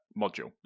module